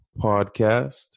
podcast